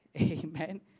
Amen